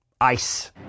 ice